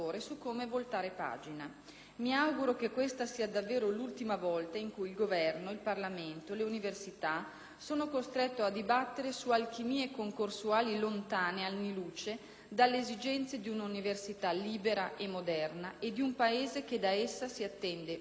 Mi auguro che questa sia davvero l'ultima volta in cui il Governo, il Parlamento e le università sono costretti a dibattere su alchimie concorsuali lontane anni luce dalle esigenze di una università libera e moderna e di un Paese che da essa si attende un esempio e un modello.